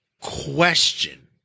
question